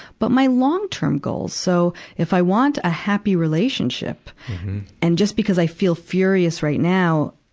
but my long-term goals. so, if i want a happy relationship and just because i feel furious right now,